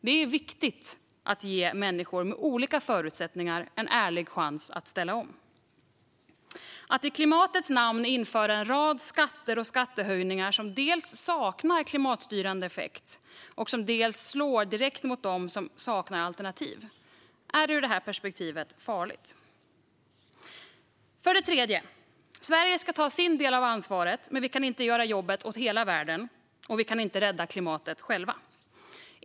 Det är viktigt att ge människor med olika förutsättningar en ärlig chans att ställa om. Att i klimatets namn införa en rad skatter och skattehöjningar som saknar dels klimatstyrande effekt, dels slår direkt mot dem som saknar alternativ är ur detta perspektiv farligt. För det fjärde: Sverige ska ta sin del av ansvaret, men vi kan inte göra jobbet åt hela världen, och vi kan inte rädda klimatet själva.